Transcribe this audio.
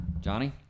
Johnny